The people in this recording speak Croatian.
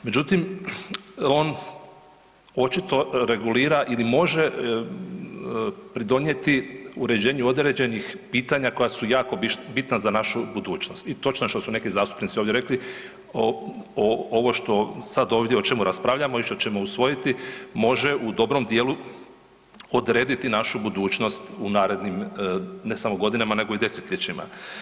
Međutim, on očito regulira ili može pridonijeti uređenju određenih pitanja koja su jako bitna za našu budućnosti i točno je što su neki zastupnici ovdje rekli o ovo što sad ovdje o čemu raspravljamo i što ćemo usvojiti, može u dobrom dijelu odrediti našu budućnost u narednim, ne samo godinama nego i desetljećima.